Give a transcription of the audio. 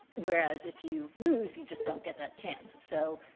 whereas if you lose, you just don't get that chance. so,